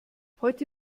heute